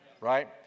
right